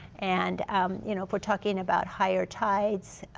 and um you know if we're talking about higher tides,